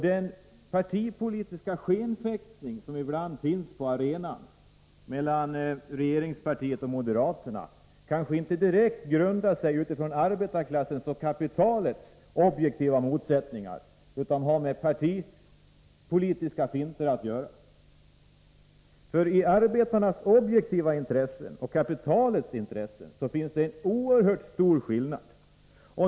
Den skenfäktning mellan regeringspartiet och moderaterna som ibland äger rum på arenan kanske inte direkt grundar sig på arbetarklassens och kapitalets objektiva motsättningar, utan har med partipolitiska finter att göra. Men mellan arbetarnas objektiva intressen och kapitalets intressen är det en oerhört stor skillnad.